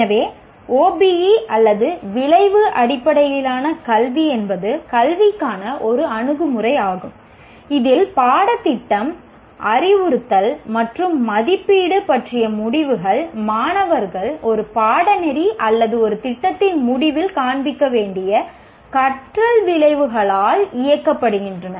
எனவே OBE அல்லது விளைவு அடிப்படையிலான கல்வி என்பது கல்விக்கான ஒரு அணுகுமுறையாகும் இதில் பாடத்திட்டம் அறிவுறுத்தல் மற்றும் மதிப்பீடு பற்றிய முடிவுகள் மாணவர்கள் ஒரு பாடநெறி அல்லது ஒரு திட்டத்தின் முடிவில் காண்பிக்க வேண்டிய கற்றல் விளைவுகளால் இயக்கப்படுகின்றன